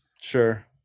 sure